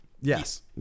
Yes